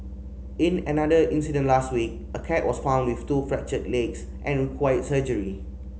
in another incident last week a cat was found with two fractured legs and required surgery